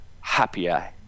happier